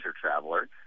traveler